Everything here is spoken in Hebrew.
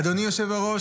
אדוני היושב-ראש,